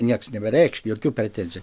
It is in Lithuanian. nieks nebereikš jokių pretenzi